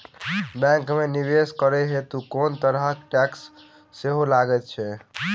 Bank मे निवेश करै हेतु कोनो तरहक टैक्स सेहो लागत की?